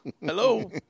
Hello